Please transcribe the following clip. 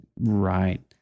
Right